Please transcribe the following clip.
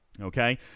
Okay